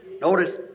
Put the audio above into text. Notice